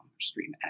stream